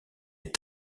est